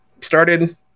started